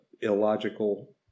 illogical